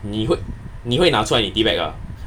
你会你会拿出来你的 tea bag ah